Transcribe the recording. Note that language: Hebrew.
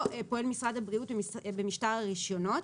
פועל משרד הבריאות במשטר הרשיונות.